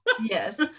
yes